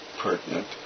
pertinent